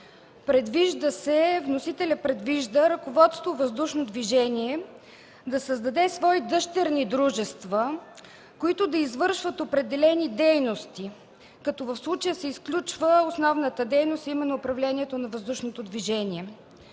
предлага – вносителят предвижда „Ръководство Въздушно движение” да създаде свои дъщерни дружества, които да извършват определени дейности, като в случая се изключва основната дейност, а именно управлението на въздушното движение.